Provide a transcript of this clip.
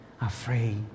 afraid